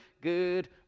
good